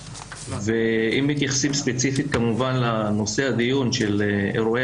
אם מתייחסים ספציפית כמובן לנושא של הדיון של אירועי